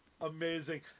Amazing